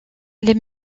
les